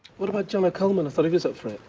what about jono coleman? i thought he was up for it.